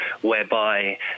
whereby